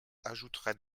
ajouterait